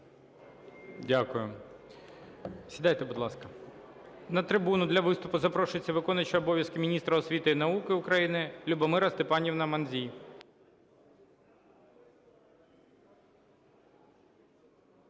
Дякую. Сідайте, будь ласка.